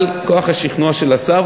אבל כוח השכנוע של השר,